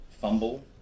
Fumble